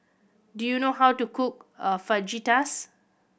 do you know how to cook a Fajitas